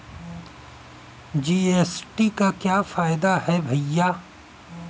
GST का क्या फायदा है भैया?